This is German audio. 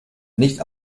nicht